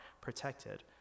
protected